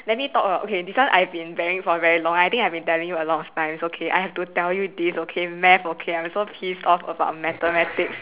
let me talk about okay this one I've been bearing for very long I think I have been telling you a lot of times okay I have to tell you this okay math okay I'm so pissed off about mathematics